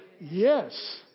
Yes